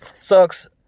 sucks